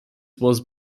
was